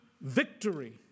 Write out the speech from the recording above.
victory